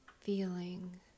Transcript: feeling